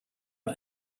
are